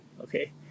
okay